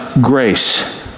grace